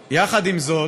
זאת,